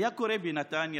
היה קורה בנתניה